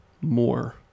more